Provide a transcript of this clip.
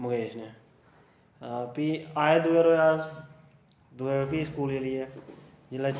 मुकेश ने फ्ही आए दुए रोज अस दुए रोज फ्ही स्कूल चली गे जेल्लै